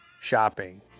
shopping